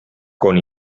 con